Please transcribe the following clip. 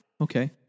Okay